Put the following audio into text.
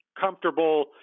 comfortable